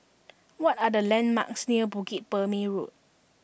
what are the landmarks near Bukit Purmei Road